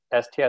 STS